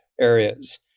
Areas